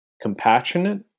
compassionate